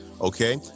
okay